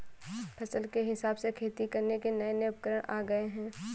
फसल के हिसाब से खेती करने के नये नये उपकरण आ गये है